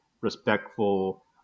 respectful